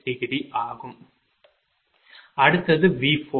36° அடுத்தது V4